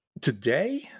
today